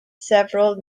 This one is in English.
several